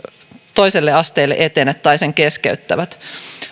toiselle asteelle etene tai sen keskeyttävät